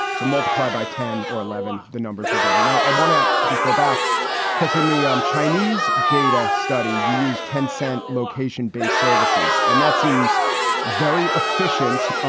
so multiply by ten or eleven. the numbers we're getting now. i want to just go back because in the um chinese data study, you use ten cent location based services. and that seems very efficient,